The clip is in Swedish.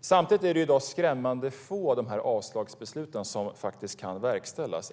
Samtidigt är det i dag skrämmande få av avslagsbesluten som faktiskt kan verkställas.